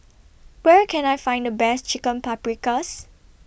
Where Can I Find The Best Chicken Paprikas